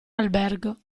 albergo